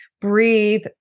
breathe